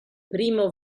primo